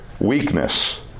Weakness